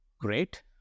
great